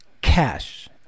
Cash